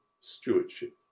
stewardship